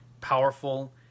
powerful